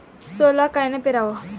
सोला कायनं पेराव?